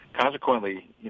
consequently